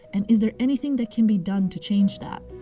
and is there anything that can be done to change that?